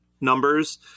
numbers